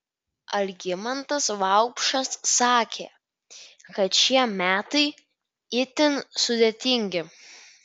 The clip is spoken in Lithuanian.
algimantas vaupšas sakė kad šie metai itin sudėtingi